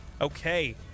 Okay